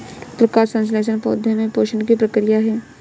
प्रकाश संश्लेषण पौधे में पोषण की प्रक्रिया है